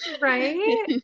Right